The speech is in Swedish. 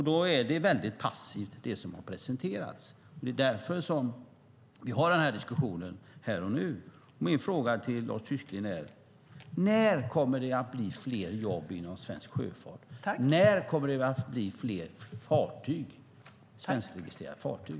Då är det som har presenterats väldigt passivt. Det är därför som vi har den här diskussionen här och nu. Min fråga till Lars Tysklind är: När kommer det att bli fler jobb inom svensk sjöfart? När kommer det att bli fler svenskregistrerade fartyg?